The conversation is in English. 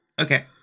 Okay